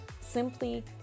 simply